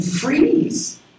freeze